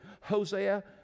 Hosea